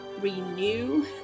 renew